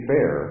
Fair